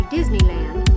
Disneyland